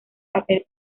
papel